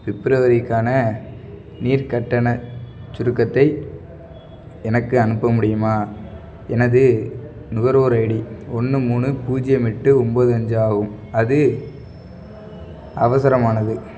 ஃபிப்ரவரிக்கான நீர் கட்டணச் சுருக்கத்தை எனக்கு அனுப்ப முடியுமா எனது நுகர்வோர் ஐடி ஒன்று மூணு பூஜ்யம் எட்டு ஒன்போது அஞ்சு ஆகும் அது அவசரமானது